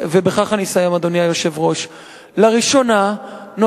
ובכך, אדוני היושב-ראש, אני אסיים.